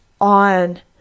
on